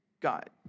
God